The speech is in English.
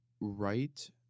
right